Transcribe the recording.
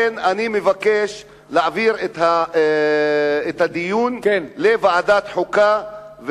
לכן אני מבקש להעביר את הדיון לוועדת חוקה,